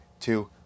two